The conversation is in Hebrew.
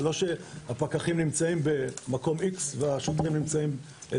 זה לא שהפקחים נמצאים במקום X והשוטרים נמצאים במקום Y,